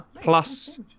plus